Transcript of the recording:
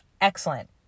excellent